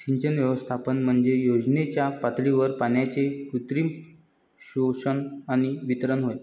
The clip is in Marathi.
सिंचन व्यवस्थापन म्हणजे योजनेच्या पातळीवर पाण्याचे कृत्रिम शोषण आणि वितरण होय